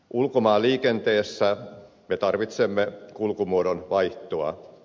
ulkomaanliikenteessä me tarvitsemme kulkumuodon vaihtoa